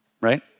right